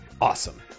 awesome